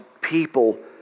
people